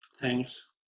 thanks